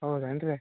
ಹೌದೇನು ರೀ